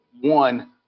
One